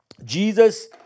Jesus